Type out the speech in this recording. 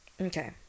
Okay